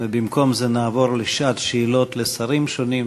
ובמקום זה נעבור לשעת שאלות לשרים שונים,